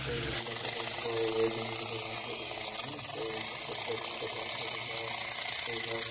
कोही हुन्छ तपाईँको वेडिङ फोटोग्राफीहरू भयो होइन कोही हुन्छ पोट्रेट फोटोग्राफीहरू भयो कोही भयो